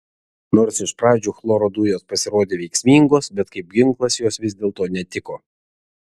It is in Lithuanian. nors iš pradžių chloro dujos pasirodė veiksmingos bet kaip ginklas jos vis dėlto netiko